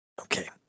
Okay